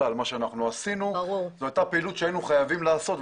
עשינו פעילות שהיינו חייבים לעשות.